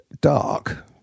dark